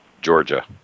Georgia